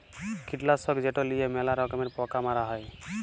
কীটলাসক যেট লিঁয়ে ম্যালা রকমের পকা মারা হ্যয়